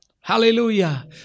Hallelujah